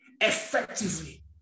Effectively